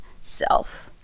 self